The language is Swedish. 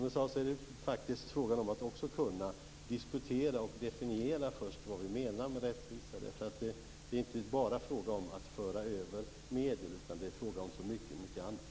Det gäller att också kunna diskutera och definiera vad vi menar med rättvisa. Det är inte bara fråga om att föra över medel, utan det är fråga om så mycket annat.